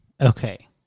Okay